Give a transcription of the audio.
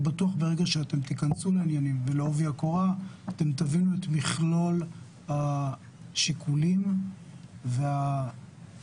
אני בטוח שברגע שתיכנסו לעניינים תבינו את מכלול השיקולים והקשיים